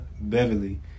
Beverly